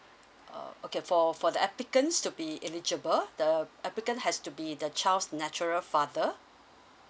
uh okay for for the applicants to be eligible the applicant has to be the child's natural father